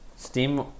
Steam